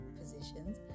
positions